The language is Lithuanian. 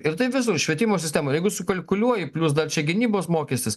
ir taip visur švietimo sistemoj jeigu sukalkuliuoji plius dar čia gynybos mokestis